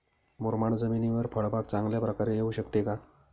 मुरमाड जमिनीवर फळबाग चांगल्या प्रकारे येऊ शकते का?